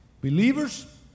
Believers